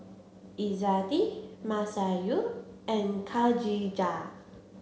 Izzati Masayu and Khadija